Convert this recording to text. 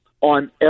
on